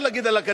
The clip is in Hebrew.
לא,